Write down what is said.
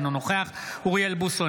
אינו נוכח אוריאל בוסו,